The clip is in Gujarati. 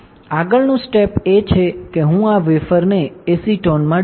આગળનું સ્ટેપ એ છે કે હું આ વેફરને એસિટોનમાં ડૂબીશ